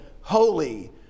holy